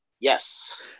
Yes